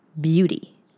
beauty